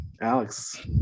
Alex